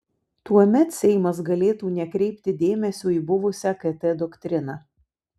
tuomet seimas galėtų nekreipti dėmesio į buvusią kt doktriną